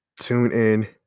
TuneIn